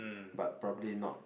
but probably not